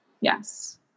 Yes